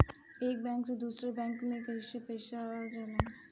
एक बैंक से दूसरे बैंक में कैसे पैसा जाला?